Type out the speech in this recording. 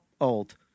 old